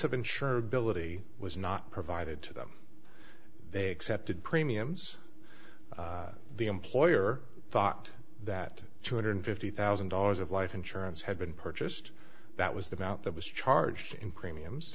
of insurability was not provided to them they accepted premiums the employer thought that two hundred fifty thousand dollars of life insurance had been purchased that was the amount that was charged in premiums